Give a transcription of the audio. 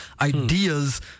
ideas